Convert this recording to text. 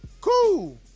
Cool